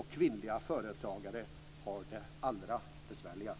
Kvinnliga företagare har det allra besvärligast.